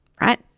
right